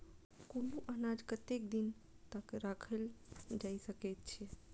कुनू अनाज कतेक दिन तक रखल जाई सकऐत छै?